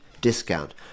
discount